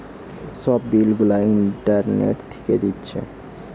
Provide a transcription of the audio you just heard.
সব বিল গুলা ইন্টারনেট থিকে দিচ্ছে